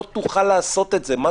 אני